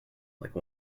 like